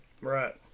Right